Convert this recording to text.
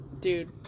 Dude